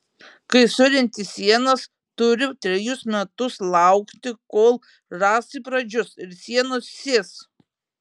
kai surenti sienas turi trejus metus laukti kol rąstai pradžius ir sienos sės